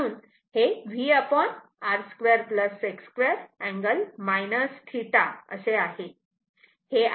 म्हणून हे V √ R2 X2 angle θ असे आहे